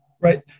Right